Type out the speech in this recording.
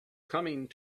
coming